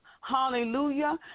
Hallelujah